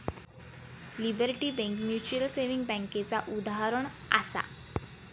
liberty bank mutual saving बैंकेचा उदाहरणं आसा